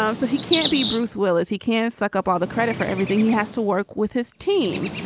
um so he can't be bruce willis. he can't suck up all the credit for everything. he has to work with his team.